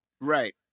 Right